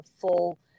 full